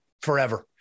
forever